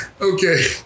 Okay